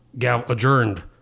adjourned